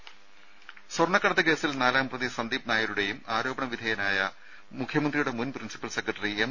രുമ സ്വർണ്ണക്കടത്ത് കേസിൽ നാലാംപ്രതി സന്ദീപ് നായരുടെയും ആരോപണ വിധേയനായ മുഖ്യമന്ത്രിയുടെ മുൻ പ്രിൻസിപ്പൽ സെക്രട്ടറി എം